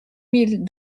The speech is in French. mille